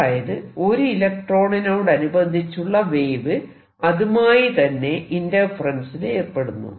അതായത് ഒര് ഇലക്ട്രോണിനോടനുബന്ധിച്ചുള്ള വേവ് അതുമായി തന്നെ ഇന്റർഫെറെൻസിലേർപ്പെടുന്നു